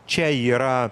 čia yra